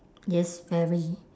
yes very